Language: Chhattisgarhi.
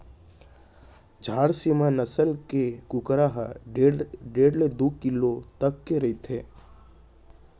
झारसीम नसल के कुकरा ह डेढ़ ले दू किलो तक के होथे